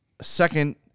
second